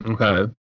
Okay